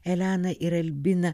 eleną ir albiną